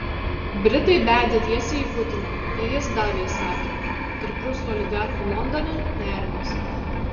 britai bedė tiesiai į putiną tai jis davė įsakymą tarp rusų oligarchų londone nerimas